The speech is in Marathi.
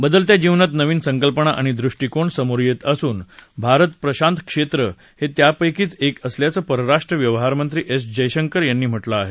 बदलत्या जीवनात नवीन संकल्पना आणि दृष्टीकोन समोर येत असून भारत प्रशांत क्षेत्र हे त्यापैकीच एक असल्याच परराष्ट्र व्यवहार मंत्री एस जयशंकर यांनी म्हटलं आहे